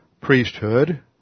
priesthood